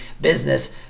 business